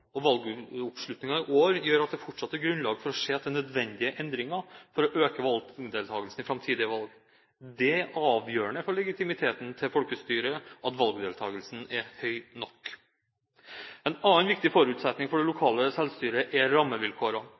opp. Valgoppslutningen i år gjør at det fortsatt er grunnlag for å se etter nødvendige endringer for å øke deltakelsen i framtidige valg. Det er avgjørende for legitimiteten til folkestyret at valgdeltakelsen er høy nok. En annen viktig forutsetning for det lokale selvstyret er